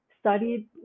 studied